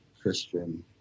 Christian